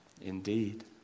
indeed